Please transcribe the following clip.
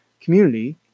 community